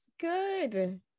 good